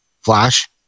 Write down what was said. Flash